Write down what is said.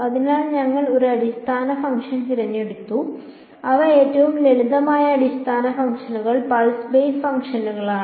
അതിനാൽ ഞങ്ങൾ ഒരു അടിസ്ഥാന ഫംഗ്ഷൻ തിരഞ്ഞെടുത്തു അവ ഏറ്റവും ലളിതമായ അടിസ്ഥാന ഫംഗ്ഷനുകൾ പൾസ് ബേസ് ഫംഗ്ഷനുകളാണ്